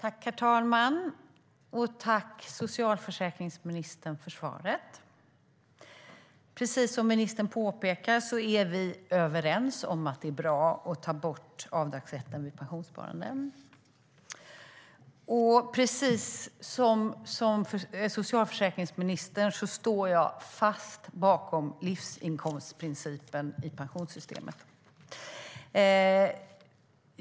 Herr talman! Tack, socialförsäkringsministern, för svaret! Precis som ministern säger är vi överens om att det är bra att ta bort avdragsrätten vid pensionssparande, och precis som ministern står jag fast vid livsinkomstprincipen i pensionssystemet.